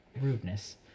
rudeness